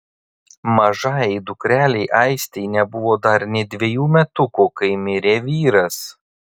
mažajai dukrelei aistei nebuvo dar nė dvejų metukų kai mirė vyras